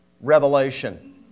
revelation